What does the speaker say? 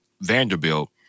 Vanderbilt